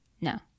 No